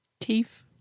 teeth